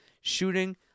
shooting